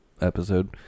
episode